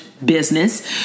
Business